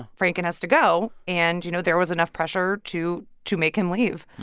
franken has to go. and, you know, there was enough pressure to to make him leave.